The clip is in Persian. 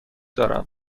دارم